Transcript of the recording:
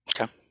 okay